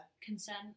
Consent